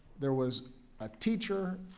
there was a teacher,